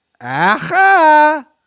Aha